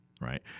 right